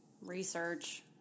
research